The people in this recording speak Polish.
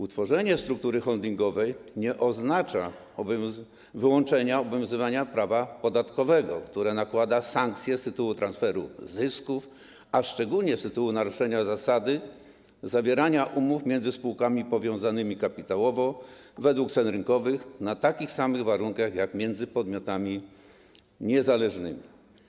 Utworzenie struktury holdingowej nie oznacza wyłączenia obowiązywania prawa podatkowego, które nakłada sankcje z tytułu transferu zysków, a szczególnie z tytułu naruszenia zasady zawierania umów między spółkami powiązanymi kapitałowo według cen rynkowych na takich samych warunkach jak między podmiotami niezależnymi.